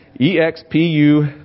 E-X-P-U